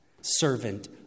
servant